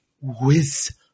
whiz